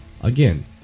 Again